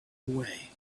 away